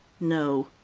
no.